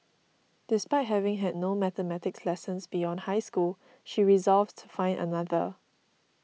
despite having had no mathematics lessons beyond high school she resolved to find another